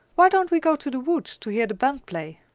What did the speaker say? why don't we go to the woods to hear the band play?